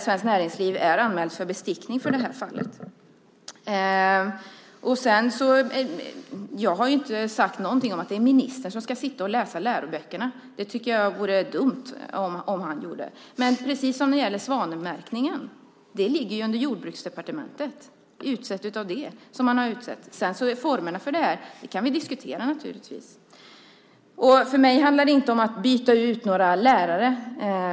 Svenskt Näringsliv har anmälts för bestickning i detta fall till Riksenheten mot korruption. Jag har inte sagt någonting om att det är ministern som ska sitta och läsa läroböckerna. Det tycker jag vore dumt om han gjorde. Och svanmärkningen ligger under Jordbruksdepartementet. Men formerna för detta kan vi naturligtvis diskutera. För mig handlar det inte om att byta ut några lärare.